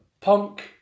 punk